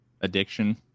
addiction